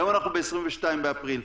היום אנחנו ב-22 באפריל,